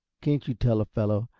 can't you tell a fellow,